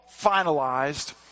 finalized